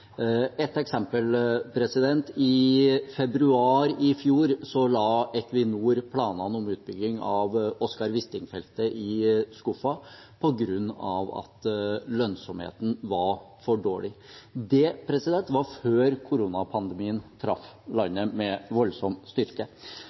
Et eksempel: I februar i fjor la Equinor planene om utbygging av Oscar Wisting-feltet i skuffen på grunn av at lønnsomheten var for dårlig. Det var før koronapandemien traff